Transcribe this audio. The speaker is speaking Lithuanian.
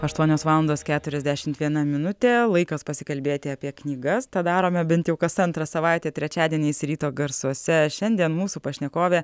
aštuonios valandos keturiasdešimt viena minutė laikas pasikalbėti apie knygas tą darome bent jau kas antrą savaitę trečiadieniais ryto garsuose šiandien mūsų pašnekovė